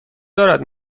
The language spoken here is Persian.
دارد